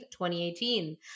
2018